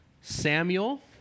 Samuel